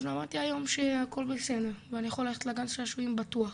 אז למדתי היום שהכול בסדר ואני יכול ללכת לגן שעשועים בטוח.